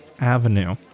avenue